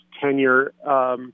tenure